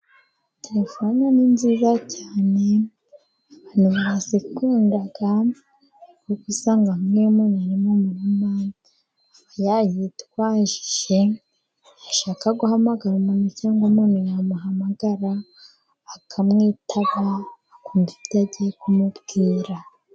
Telefone ni nziza cyane abantu bazikunda kuko usanga nk'iyo umuntu ari mu murima aba yayitwaje, yashaka guhamagara umuntu cyangwa umuntu yamuhamagara akamwitaba akumva ibyo agiye kumubwira.